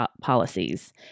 policies